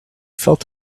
felt